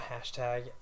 hashtag